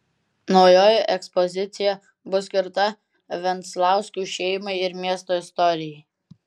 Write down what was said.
naujoji ekspozicija bus skirta venclauskių šeimai ir miesto istorijai